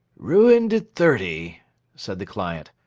ruined at thirty said the client.